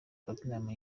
platnumz